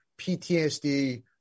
PTSD